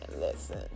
Listen